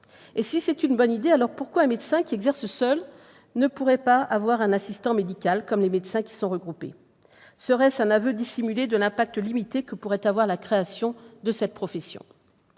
Et si c'est une bonne idée, pourquoi un médecin exerçant seul ne pourrait-il pas avoir un assistant médical, comme les médecins regroupés ? Serait-ce un aveu dissimulé des effets limités que pourrait avoir la création de cette profession ?